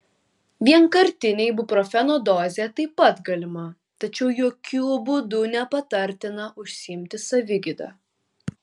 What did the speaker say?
vienkartinė ibuprofeno dozė taip pat galima tačiau jokiu būdu nepatartina užsiimti savigyda